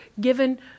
given